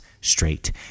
straight